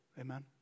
Amen